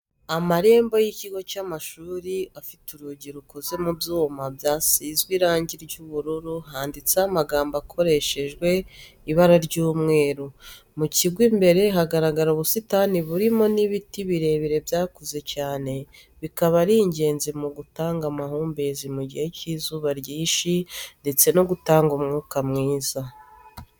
Amarembo y'ikigo cy'amashuri afite urugi rukoze mu byuma byasizwe irangi ry'ubururui handitseho amagambo akoreshejwe ibara ry'umweru, mu kigo imbere hagaragara ubusitani burimo n'ibiti birebire byakuze cyane bikaba ari ingenzi mu gutanga amahumbezi mu gihe cy'izuba ryinshi ndetse no gutanga umwuka mwiza.